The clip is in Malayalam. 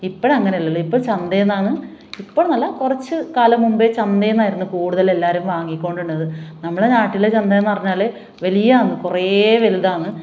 ഇപ്പോഴങ്ങനെ അല്ലല്ലോ ഇപ്പം ചന്തയിൽ നിന്നാണ് ഇപ്പം എന്നല്ല കുറച്ച് കാലം മുമ്പേ ചന്തയിൽ നിന്നായിരുന്നു കൂടുതൽ എല്ലാവരും വാങ്ങിക്കൊണ്ടുണ്ടത് നമ്മളെ നാട്ടിലെ ചന്ത എന്ന് പറഞ്ഞാൽ വലിയതാണ് കുറേ വലുതാണ്